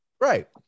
right